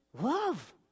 love